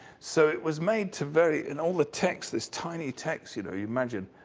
so it was made to very, in all the text, this tiny text. you know you imagine,